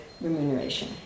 remuneration